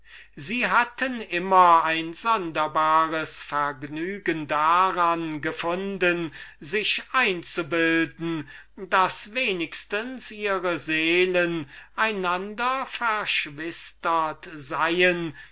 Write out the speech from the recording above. sie hatten damals schon ein sonderbares vergnügen daran gefunden sich einzubilden daß ihre seelen wenigstens einander verschwistert seien